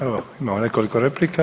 Evo, imamo nekoliko replika.